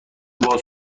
باز